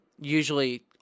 usually